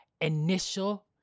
initial